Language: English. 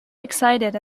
excited